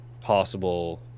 possible